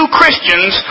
Christians